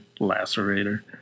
Lacerator